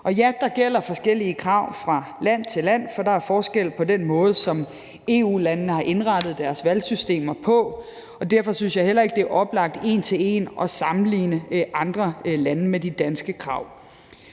Og ja, der gælder forskellige krav fra land til land, for der er forskel på den måde, som EU-landene har indrettet deres valgsystemer på. Derfor synes jeg heller ikke, det er oplagt en til en at sammenligne andre landes krav med de danske krav.